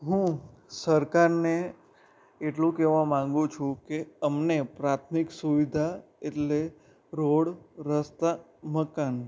હું સરકારને એટલું કહેવા માગું છું કે અમને પ્રાથમિક સુવિધા એટલે રોડ રસ્તા મકાન